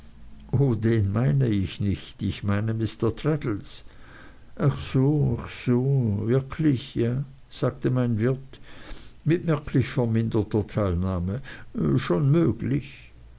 den meine ich nicht ich meine mr traddles ach so ach so wirklich sagte mein wirt mit merklich verminderter teilnahme schon möglich